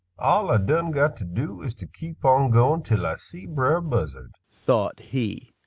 all ah done got to do is to keep on going till ah see brer buzzard, thought he.